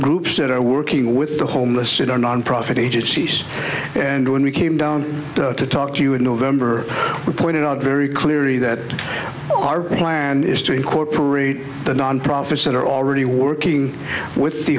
groups that are working with the homeless in our nonprofit agencies and when we came down to talk to you in november we pointed out very clearly that our plan is to incorporate the non profits that are already working with the